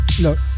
look